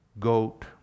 goat